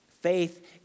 faith